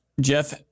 Jeff